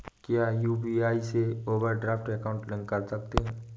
क्या यू.पी.आई से overdraft account link कर सकते हैं?